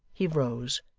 he rose,